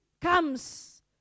comes